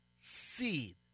seed